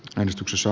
valmistuksessa